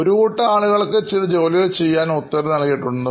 ഒരു കൂട്ടം ആളുകൾക്ക് ചില ജോലികൾ ചെയ്യാൻ ഉത്തരവ് നൽകിയിട്ടുണ്ട്